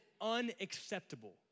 unacceptable